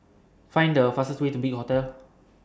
Find The fastest Way to Big Hotel